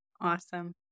awesome